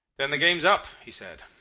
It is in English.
then the game's up he said.